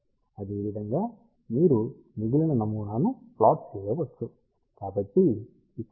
అదే విధంగా మీరు మిగిలిన నమూనాను ప్లాట్ చేయవచ్చు